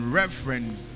reference